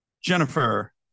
Jennifer